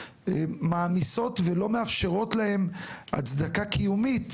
מעמיסות ולא מאפשרות להם הצדקה קיומית,